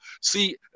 see